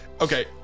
Okay